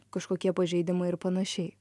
kažkokie pažeidimai ir panašiai